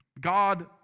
God